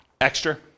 Extra